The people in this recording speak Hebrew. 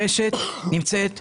הרשת נמצאת בתת-תחזוקה.